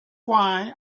why